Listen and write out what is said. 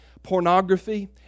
Pornography